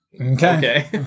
Okay